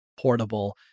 portable